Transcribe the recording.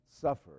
suffer